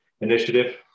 initiative